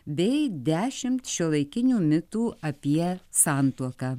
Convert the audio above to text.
bei dešimt šiuolaikinių mitų apie santuoką